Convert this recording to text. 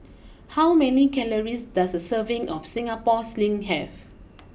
how many calories does a serving of Singapore sling have